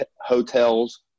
hotels